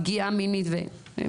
פגיעה מינית וכולי,